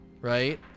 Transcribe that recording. right